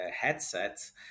headsets